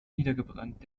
niedergebrannt